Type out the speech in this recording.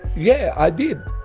yeah i did,